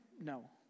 No